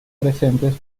presentes